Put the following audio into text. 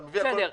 בסדר,